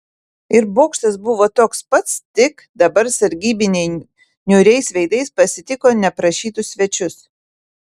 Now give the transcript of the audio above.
ir bokštas buvo toks pats tik dabar sargybiniai niūriais veidais pasitiko neprašytus svečius